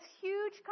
huge